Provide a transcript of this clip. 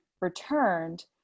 returned